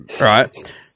right